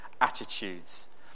attitudes